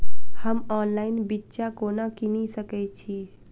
हम ऑनलाइन बिच्चा कोना किनि सके छी?